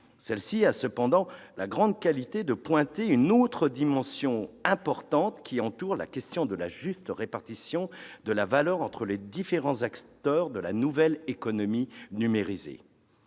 laquelle a cependant une grande qualité ; elle pointe une autre dimension très importante qui entoure la question de la répartition de la valeur entre les différents acteurs de la nouvelle économie numérisée